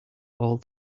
all